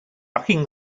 bucking